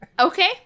Okay